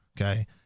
Okay